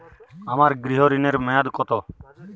আমার গৃহ ঋণের মেয়াদ কত?